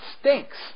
stinks